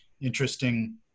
interesting